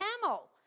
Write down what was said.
camel